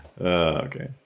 Okay